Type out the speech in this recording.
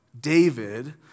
David